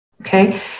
okay